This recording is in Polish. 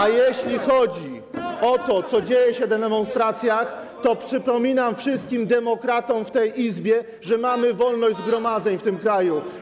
A jeśli chodzi o to, co dzieje się na demonstracjach, to przypominam wszystkim demokratom w tej Izbie, że mamy wolność zgromadzeń w tym kraju.